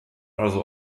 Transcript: also